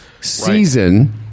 season